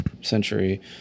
century